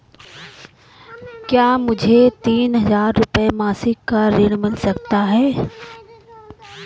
क्या मुझे तीन हज़ार रूपये मासिक का ऋण मिल सकता है?